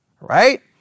right